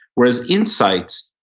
whereas insights,